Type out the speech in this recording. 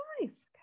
nice